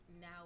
now